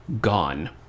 gone